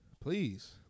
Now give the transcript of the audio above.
Please